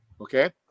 Okay